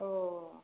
अ